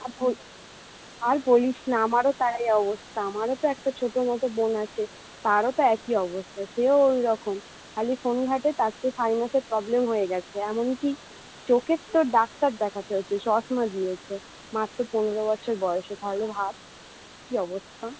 আর বো আর বলিস না আমারও তাই অবস্তা আমারও একটা ছোটো মতো বোন আছে তারও তো একই অবস্তা সেও ওই রকম খালি ফোন ঘাঁটে তাতে সাইনাসের প্রবলেম হয়ে গেছে এমন কি চোখের তো ডাক্তার দেখতে হয়েছে চশমা দিয়েছে মাত্র পনেরো বছর বয়েসে তাহলে ভাব কী অবস্তা